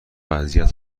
اذیت